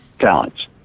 talents